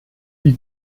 die